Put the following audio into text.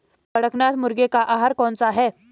कड़कनाथ मुर्गे का आहार कौन सा है?